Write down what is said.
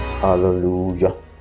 hallelujah